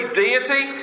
deity